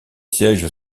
sièges